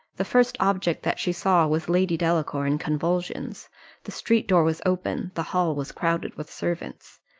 the first object that she saw was lady delacour in convulsions the street-door was open the hall was crowded with servants.